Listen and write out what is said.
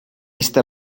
jste